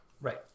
Right